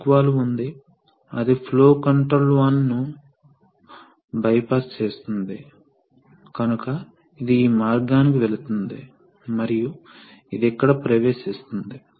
ఇప్పుడు మనము తరువాతి దశకు వెళ్తాము ఇది అధిక ప్రెషర్ మోడ్ కాబట్టి అధిక ప్రెషర్ మోడ్లో ఏమి జరుగుతోంది అధిక ప్రెషర్ మోడ్లో మొదట ఈ పోర్ట్ వాస్తవానికి ప్లగ్ చేయబడిందని చూడండి ఇది ప్లగ్ చేయబడింది అంటే సీలు చేయబడింది